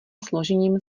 složením